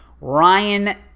Ryan